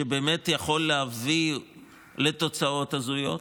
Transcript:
שבאמת יכול להביא לתוצאות הזויות,